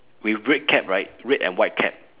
with red cap right red and white cap